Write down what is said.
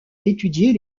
étudier